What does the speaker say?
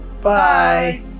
Bye